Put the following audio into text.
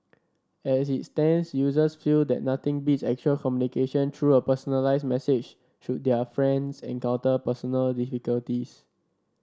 as it stands users feel that nothing beats actual communication through a personalised message should their friends encounter personal difficulties